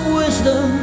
wisdom